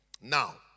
Now